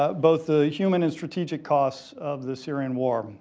ah both the human and strategic costs of the syrian war.